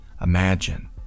imagine